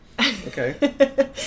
Okay